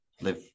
live